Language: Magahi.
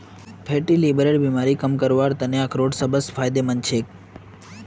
फैटी लीवरेर बीमारी कम करवार त न अखरोट सबस फायदेमंद छेक